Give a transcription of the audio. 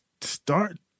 start